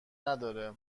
نداره